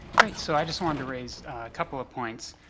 great. so i just wanted to raise a couple of points.